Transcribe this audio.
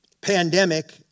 pandemic